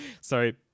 sorry